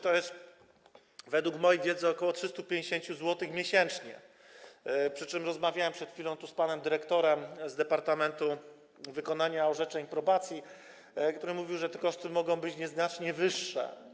To jest według mojej wiedzy ok. 350 zł miesięcznie, przy czym rozmawiałem tu przed chwilą z panem dyrektorem z Departamentu Wykonania Orzeczeń i Probacji, który mówił, że te koszty mogą być nieznacznie wyższe.